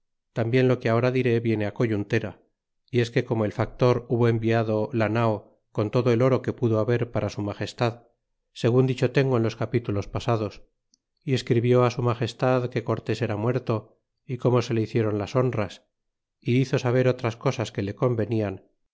tanabien lo que ahora diré viene coyuntera y es que como el factor hubo enviado la nao con todo el oro que pudo haber para su magestad segun dicho tengo en los capítulos pasados y escribió su magestad que cortés era muerto y como se le hicieron las honras y hizo saber otras cosas que le convenian